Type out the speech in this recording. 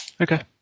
Okay